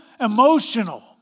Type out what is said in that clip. emotional